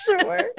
sure